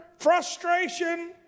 frustration